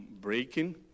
breaking